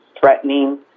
threatening